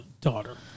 daughter